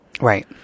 Right